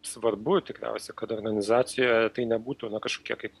svarbu tikriausiai kad organizacijoje tai nebūtų na kažkokia kaip